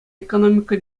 экономика